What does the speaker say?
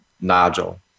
nodule